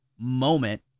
moment